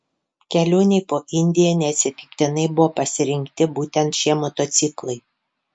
kelionei po indiją neatsitiktinai buvo pasirinkti būtent šie motociklai